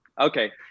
okay